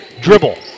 dribble